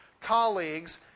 colleagues